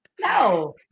No